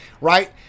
right